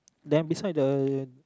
then beside the